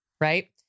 right